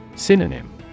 Synonym